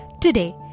today